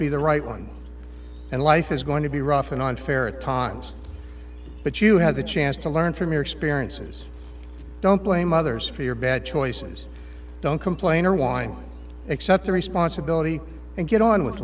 be the right one and life is going to be rough and unfair at times but you have the chance to learn from your experiences don't blame others for your bad choices don't complain or whine accept the responsibility and get on with